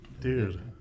Dude